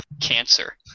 cancer